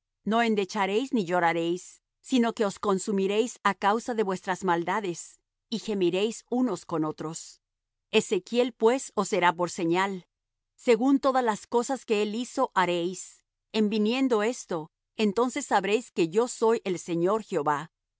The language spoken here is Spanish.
no endecharéis ni lloraréis sino que os consumiréis á causa de vuestras maldades y gemiréis unos con otros ezequiel pues os será por señal según todas las cosas que él hizo haréis en viniendo esto entonces sabréis que yo soy el señor jehová